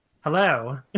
Hello